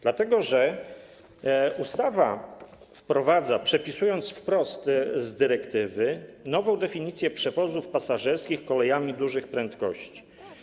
Dlatego że ustawa wprowadza, przepisując wprost z dyrektywy, nową definicję przewozów pasażerskich kolejami dużych prędkości.